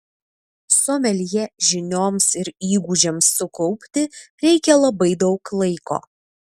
someljė žinioms ir įgūdžiams sukaupti reikia labai daug laiko